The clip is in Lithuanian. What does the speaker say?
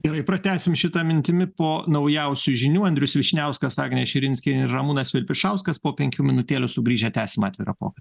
gerai pratęsim šita mintimi po naujausių žinių andrius vyšniauskas agnė širinskienė ir ramūnas vilpišauskas po penkių minutėlių sugrįžę tęsim atvirą pokalbį